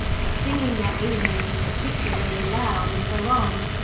the singing that evening was particularly loud and prolonged,